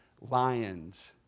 lions